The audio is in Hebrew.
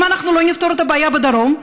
אם אנחנו לא נפתור את הבעיה בדרום,